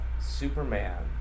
Superman